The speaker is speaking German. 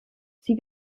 sie